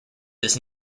does